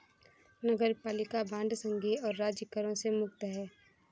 नगरपालिका बांड संघीय और राज्य करों से मुक्त हैं